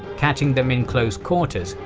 catching them in close quarters,